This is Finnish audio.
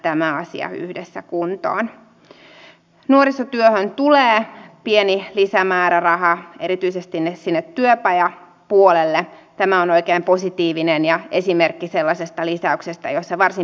nyt tuoreimmat tiedot yhdysvalloista esimerkiksi kertovat että korkoja ollaan nostamassa ja samanlaisia signaaleja on myös euroopasta että talous on lähtemässä elpymään